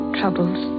troubles